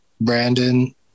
brandon